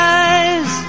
eyes